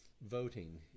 voting